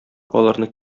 аларны